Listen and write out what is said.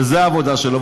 וזו העבודה שלו,